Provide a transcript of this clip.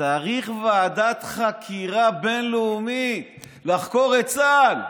צריך ועדת חקירה בין-לאומית לחקור את צה"ל.